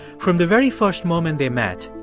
from the very first moment they met,